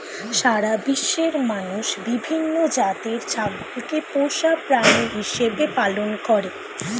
সারা বিশ্বের মানুষ বিভিন্ন জাতের ছাগলকে পোষা প্রাণী হিসেবে পালন করে